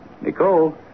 Nicole